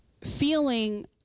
feeling